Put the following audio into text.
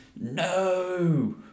No